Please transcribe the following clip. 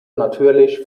natürlich